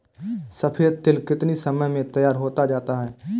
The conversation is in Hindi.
सफेद तिल कितनी समय में तैयार होता जाता है?